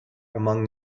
among